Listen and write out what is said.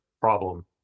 problem